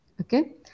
okay